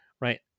Right